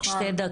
שתי דקות.